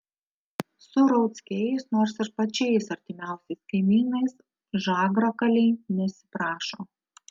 su rauckiais nors ir pačiais artimiausiais kaimynais žagrakaliai nesiprašo